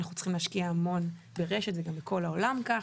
אנחנו צריכים להשקיע המון ברשת וגם בכל העולם כך.